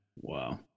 Wow